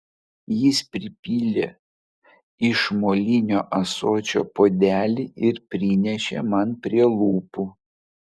jis pripylė iš molinio ąsočio puodelį ir prinešė man prie lūpų